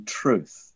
truth